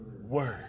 word